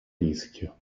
rischio